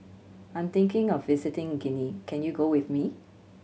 I'm thinking of visiting Guinea can you go with me